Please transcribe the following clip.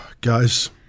Guys